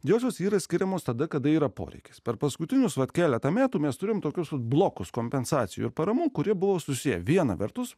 josios yra skiriamos tada kada yra poreikis per paskutinius vat keletą metų mes turime tokius blokus kompensacijų paramų kurie buvo susiję viena vertus